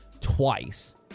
twice